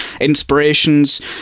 inspirations